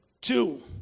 Two